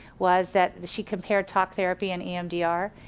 was that she compared talk therapy and emdr.